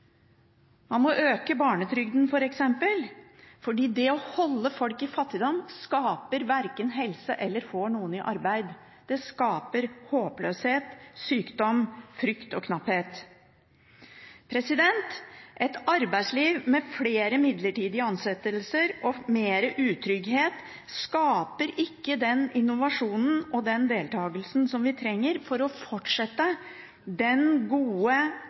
Man må f.eks. øke barnetrygden, fordi det å holde folk i fattigdom verken skaper helse eller får noen i arbeid – det skaper håpløshet, sykdom, frykt og knapphet. Et arbeidsliv med flere midlertidige ansettelser og mer utrygghet skaper ikke den innovasjonen og den deltakelsen vi trenger for å fortsette den gode